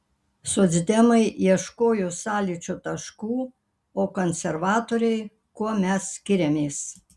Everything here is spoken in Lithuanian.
socdemai ieškojo sąlyčio taškų o konservatoriai kuo mes skiriamės